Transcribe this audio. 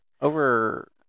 Over